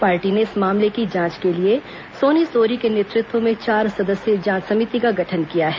party ने इस मामले की जांच के लिए सोनी सोरी के नेतृत्व में चार सदस्यीय जांच समिति का गठन किया है